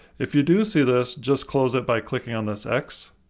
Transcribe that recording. if you do see this, just close it by clicking on this x.